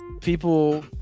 people